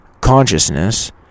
consciousness